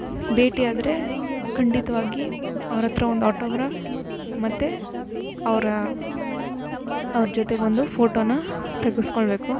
ಭೇಟಿಯಾದರೆ ಖಂಡಿತವಾಗಿ ಅವ್ರ ಹತ್ರ ಒಂದು ಆಟೋಗ್ರಾಫ್ ಮತ್ತು ಅವರ ಅವ್ರ ಜೊತೆಗೆ ಒಂದು ಫೋಟೋನ ತೆಗಿಸ್ಕೊಳ್ಬೇಕು